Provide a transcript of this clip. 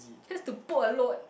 just to put a load